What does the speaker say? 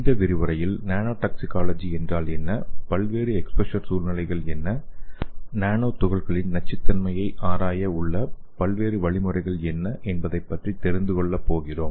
இந்த விரிவுரையில் நானோடாக்சிகாலஜி என்றால் என்ன பல்வேறு எக்ஸ்போசர் சூழ்நிலைகள் என்ன நானோ துகள்களின் நச்சுத்தன்மையைப் ஆராய உள்ள பல்வேறு வழிமுறைகள் என்ன என்பதைப் பற்றி தெரிந்து கொள்ளப் போகிறோம்